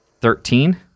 thirteen